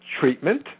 treatment